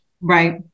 Right